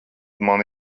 man